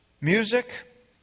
Music